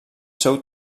seu